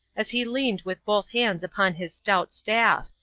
as he leaned with both hands upon his stout staff,